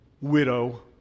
widow